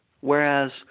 Whereas